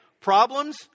problems